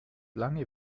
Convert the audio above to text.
lange